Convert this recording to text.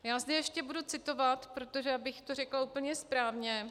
Já zde ještě budu citovat, abych to řekla úplně správně.